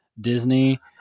Disney